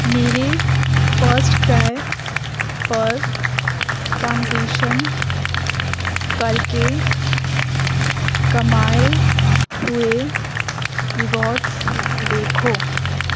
میرے فرسٹ کرائے پر ٹرانزییشن کر کے کمائے ہوئے ریواڈز دویکھو